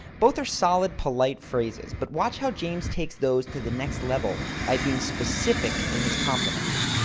both are solid polite phrases but watch how james takes those to the next level by being specific in his complimenting.